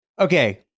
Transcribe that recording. Okay